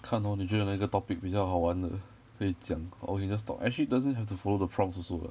看 lor 你觉得哪个 topic 比较好玩的可以讲 or you just talk actually doesn't have to follow the prompts also what